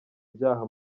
byaha